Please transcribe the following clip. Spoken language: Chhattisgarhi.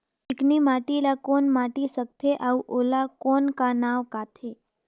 चिकनी माटी ला कौन माटी सकथे अउ ओला कौन का नाव काथे?